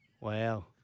Wow